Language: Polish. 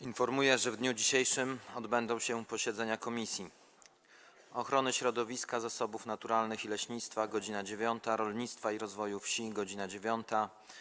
Informuję, że w dniu dzisiejszym odbędą się posiedzenia Komisji: - Ochrony Środowiska, Zasobów Naturalnych i Leśnictwa - godz. 9, - Rolnictwa i Rozwoju Wsi - godz. 9,